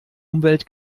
umwelt